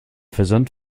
versand